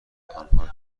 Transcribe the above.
آنها